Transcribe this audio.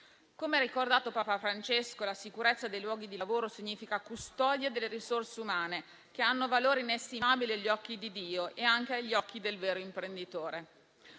Come ha ricordato Papa Francesco, la sicurezza dei luoghi di lavoro significa custodia delle risorse umane, che hanno un valore inestimabile, agli occhi di Dio e anche agli occhi del vero imprenditore.